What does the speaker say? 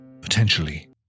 potentially